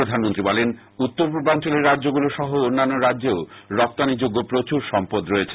প্রধানমন্ত্রী বলেন উত্তর পূর্বাঞ্চলের রাজ্যগুলি সহ অন্যান্য রাজ্যেও রপ্তানিযোগ্য প্রচুর সম্পদ রয়েছে